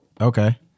Okay